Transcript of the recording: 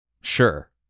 Sure